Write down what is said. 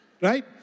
Right